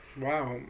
Wow